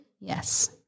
Yes